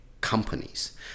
companies